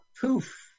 Poof